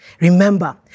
Remember